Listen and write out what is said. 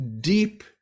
deep